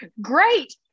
Great